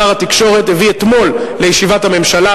שר התקשורת הביא אתמול לישיבת הממשלה,